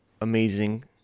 amazing